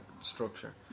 structure